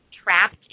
trapped